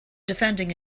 defending